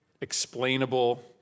explainable